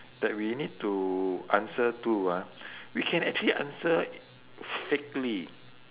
that we need to answer to ah we can actually answer fakely